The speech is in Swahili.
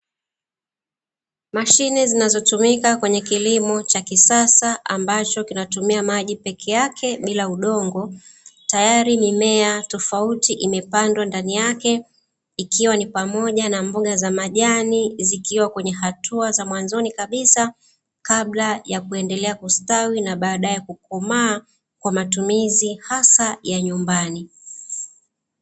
Mashine zinazotumika kwenye kilimo cha kisasa ambacho kinatumia maji peke yake bila udongo. Tayari mimea tofauti imepandwa ndani yake, ikiwa ni pamoja na mboga za majani zikiwa kwenye hatua za mwanzoni kabisa kabla ya kuendelea kustawi na baadaye kukomaa kwa matumizi hasa ya nyumbani.